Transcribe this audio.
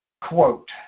Quote